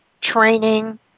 training